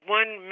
one